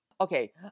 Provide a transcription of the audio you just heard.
Okay